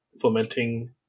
fomenting